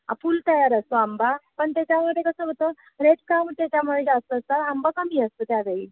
फुल तयार असतो आंबा पण त्याच्यामध्ये कसं होतं रेट का होते त्याच्यामुळे जास्त तर आंबा कमी असतो त्यावेळी